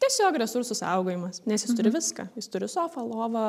tiesiog resursų saugojimas nes jis turi viską jis turi sofą lovą